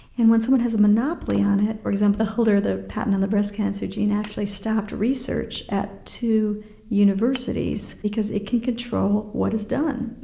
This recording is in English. and once one has a monopoly on it, for example, the holder of the patent on the breast cancer gene actually stopped research at two universities, because it can control what is done.